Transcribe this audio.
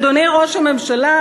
אדוני ראש הממשלה,